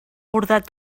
bordat